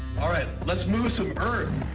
all right, let's move some earth.